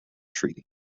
treaty